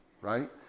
right